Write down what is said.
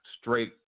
straight